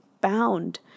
bound